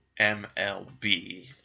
MLB